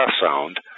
sound